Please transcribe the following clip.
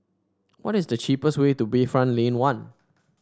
what is the cheapest way to Bayfront Lane One